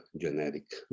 genetic